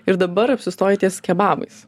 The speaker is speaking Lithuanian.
ir dabar apsistojai ties kebabais